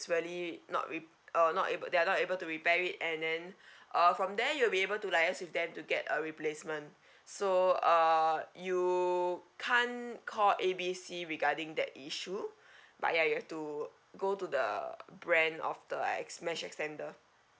really not re~ uh not able they are not able to repair it and then uh from there you'll be able to liaise with them to get a replacement so uh you can't call A B C regarding that issue but ya you have to go to the uh brand of the ex~ mesh extender